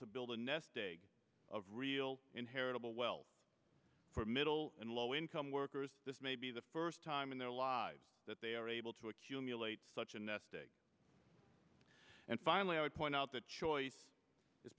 to build a nest egg of real inheritable well for middle and low income workers this may be the first time in their lives that they are able to accumulate such a nest egg and finally i point out that choice is